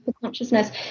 consciousness